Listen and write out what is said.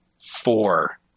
four